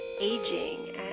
aging